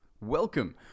Welcome